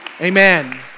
Amen